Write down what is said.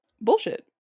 bullshit